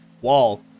wall